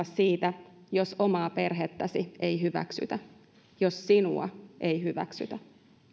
siitä jos omaa perhettäsi ei hyväksytä jos sinua ei hyväksytä